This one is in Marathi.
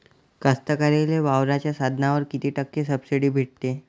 कास्तकाराइले वावराच्या साधनावर कीती टक्के सब्सिडी भेटते?